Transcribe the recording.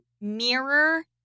mirror